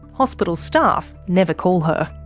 hospital staff never call her.